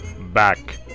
Back